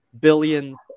billions